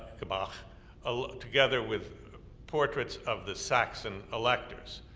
but ah together with portraits of the saxon electors.